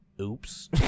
oops